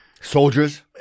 Soldiers